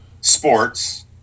sports